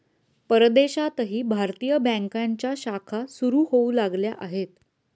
परदेशातही भारतीय बँकांच्या शाखा सुरू होऊ लागल्या आहेत